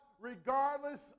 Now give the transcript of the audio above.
regardless